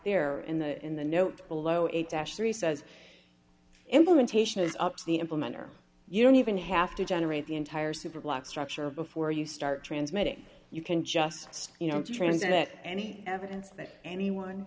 there in the in the note below eight dash three says implementation is up to the implementor you don't even have to generate the entire superblock structure before you start transmitting you can just you know transmit any evidence that anyone